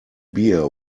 beer